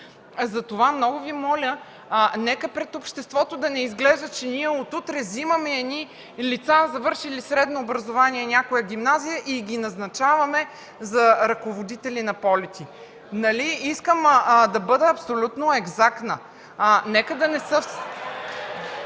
Затова много Ви моля нека пред обществото да не изглежда, че ние от утре вземаме едни лица, завършили средно образование – някоя гимназия, и ги назначаваме за ръководители на полети. Искам да бъда абсолютно екзактна. (Силен шум